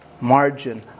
margin